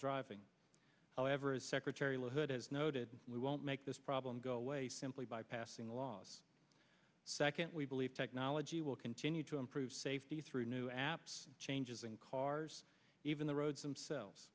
driving however as secretary la hood has noted we won't make this problem go away simply by passing laws second i believe technology will continue to improve safety through new apps changes in cars even the roads themselves